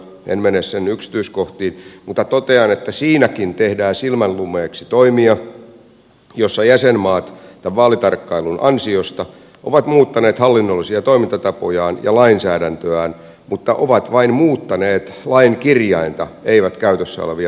en mene sen yksityiskohtiin mutta totean että siinäkin tehdään silmänlumeeksi toimia joissa jäsenmaat vaalitarkkailun ansiosta ovat muuttaneet hallinnollisia toimintatapojaan ja lainsäädäntöään mutta ovat vain muuttaneet lain kirjainta eivät käytössä olevia toimintatapojaan